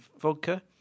vodka